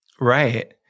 right